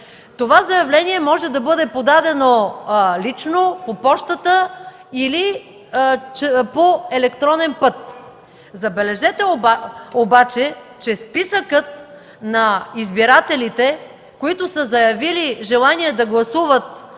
Това заявление може да бъде подадено лично, по пощата или по електронен път. Забележете обаче, че списъкът на избирателите, които са заявили желание да гласуват